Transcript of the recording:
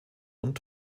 und